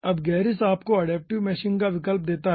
अब गेरिस आपको adaptive meshing का विकल्प देता है